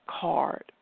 card